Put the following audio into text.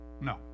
No